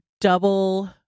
double